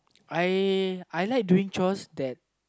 I I like doing chores that